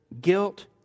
guilt